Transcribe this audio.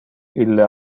ille